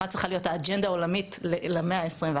מה צריכה להיות האג'נדה העולמית למאה ה-21,